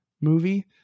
movie